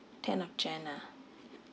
tenth of january ah